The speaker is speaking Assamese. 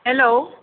হেল্ল'